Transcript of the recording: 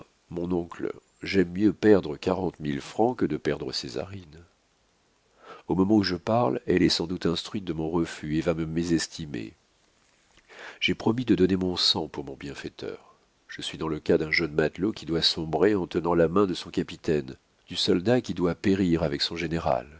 mon oncle j'aime mieux perdre quarante mille francs que de perdre césarine au moment où je parle elle est sans doute instruite de mon refus et va me mésestimer j'ai promis de donner mon sang pour mon bienfaiteur je suis dans le cas d'un jeune matelot qui doit sombrer en tenant la main de son capitaine du soldat qui doit périr avec son général